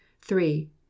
three